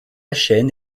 chaîne